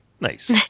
Nice